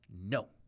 No